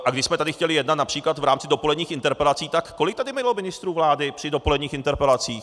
A když jsme tady chtěli jednat například v rámci dopoledních interpelací, tak kolik tady bylo ministrů vlády při dopoledních interpelacích?